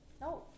No